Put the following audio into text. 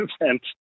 event